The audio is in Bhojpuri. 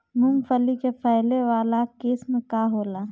मूँगफली के फैले वाला किस्म का होला?